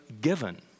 given